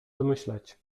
domyśleć